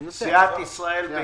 שנייה.